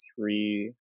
three